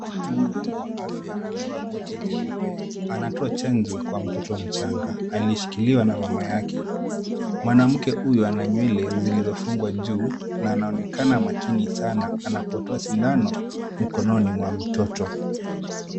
Mhudumu wa afya amevaa koti jeupe, anatoa chanjo kwa mtoto mchanga aliyeshikiliwa na mama yake. Mwanamke huyu ana nywele zilizofungwa juu na anaonekana makini sana anapotoa sindano mkononi mwa mtoto.